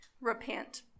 repent